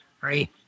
right